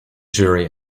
jury